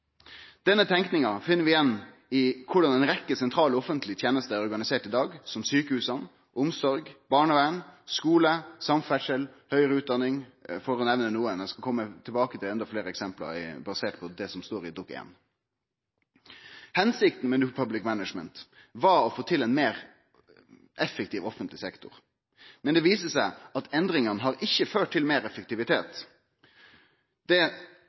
Denne tenkinga finn vi igjen i korleis ei rekkje sentrale offentlege tenester er organisert i dag, som sjukehusa, omsorg, barnevern, skule, samferdsel, høgare utdanning, for å nemne nokon. Eg skal kome tilbake til endå fleire eksempel basert på det som står i Dokument 1. Hensikta med New Public Management var å få til ein meir effektiv offentlig sektor. Men det viser seg at endringane ikkje har ført til meir effektivitet. Det